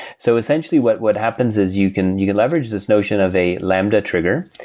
so essentially, what what happens is you can you can leverage this notion of a lambda trigger.